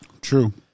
True